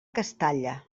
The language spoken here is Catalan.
castalla